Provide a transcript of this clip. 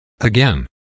Again